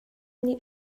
nih